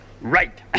Right